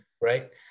Right